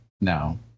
No